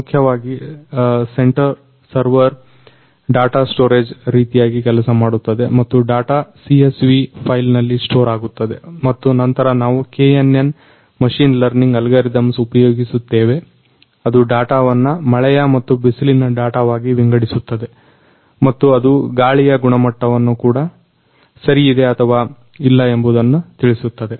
ಮುಖ್ಯವಾಗಿ centre server data storage ರೀತಿಯಾಗಿ ಕೆಲಸ ಮಾಡುತ್ತದೆ ಮತ್ತು ಡಾಟ CSV ಫೈಲ್ನಲ್ಲಿ ಸ್ಟೋರ್ ಆಗುತ್ತದೆ ಮತ್ತು ನಂತರ ನಾವು KNN ಮಷಿನ್ ಲರ್ನಿಂಗ್ ಅಲ್ಗರಿದಮ್ಸ್ ಉಪಯೋಗಿಸುತ್ತೇವೆ ಅದು ಡಾಟವನ್ನ ಮಳೆಯ ಮತ್ತು ಬಿಸಿಲಿನ ಡಾಟವಾಗಿ ವಿಂಗಡಿಸುತ್ತದೆ ಮತ್ತು ಅದು ಗಾಳಿಯ ಗುಣಮಟ್ಟವನ್ನ ಕೂಡ ಸರಯಿದೆ ಆಥವಾ ಇಲ್ಲ ಎಂಬುದನ್ನ ತಿಳಿಸುತ್ತದೆ